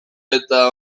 eta